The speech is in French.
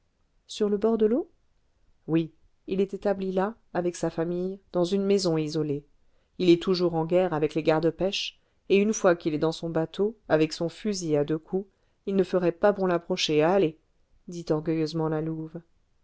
sur le bord de l'eau oui il est établi là avec sa famille dans une maison isolée il est toujours en guerre avec les gardes pêche et une fois qu'il est dans son bateau avec son fusil à deux coups il ne ferait pas bon l'approcher allez dit orgueilleusement la louve